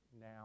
now